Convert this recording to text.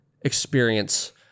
experience